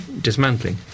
dismantling